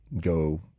go